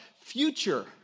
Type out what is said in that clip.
future